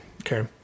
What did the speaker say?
Okay